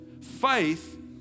faith